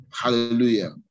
Hallelujah